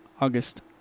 August